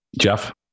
Jeff